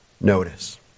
notice